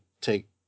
take